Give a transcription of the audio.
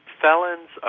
felons